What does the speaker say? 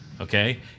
Okay